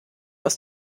aus